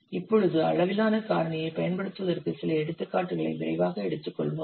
இப்பொழுது அளவிலான காரணியைப் பயன்படுத்துவதற்கு சில எடுத்துக்காட்டுகளை விரைவாக எடுத்துக்கொள்வோம்